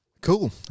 Cool